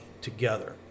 together